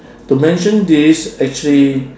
to mention this actually